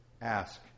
ask